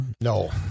no